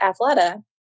Athleta